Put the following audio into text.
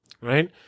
right